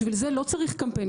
בשביל זה לא צריך קמפיין,